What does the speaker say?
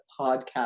podcast